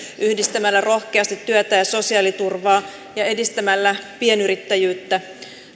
yhdistämällä rohkeasti työtä ja sosiaaliturvaa ja edistämällä pienyrittäjyyttä